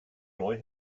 neu